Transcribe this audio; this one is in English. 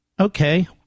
Okay